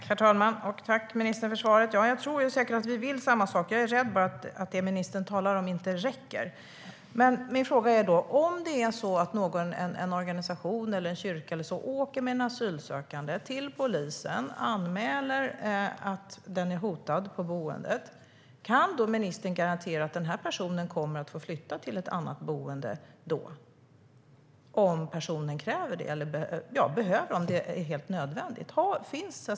Herr talman! Jag tackar ministern för svaret. Vi vill säkert samma sak, men jag är rädd för att det som ministern talar om inte räcker. Men om en organisation eller en kyrka åker med en asylsökande till polisen och anmäler att denna person är hotad på boendet, kan ministern då garantera att denna person kommer att få flytta till ett annat boende om denna person kräver det och om det är helt nödvändigt?